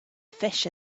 fish